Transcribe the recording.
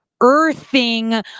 earthing